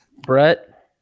brett